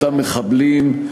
אותם מחבלים,